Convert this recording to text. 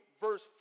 verse